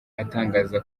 atangaza